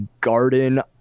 garden